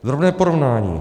Drobné porovnání.